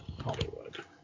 Hollywood